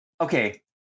okay